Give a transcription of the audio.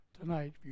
tonight